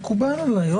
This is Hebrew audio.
מקובל עלי.